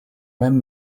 même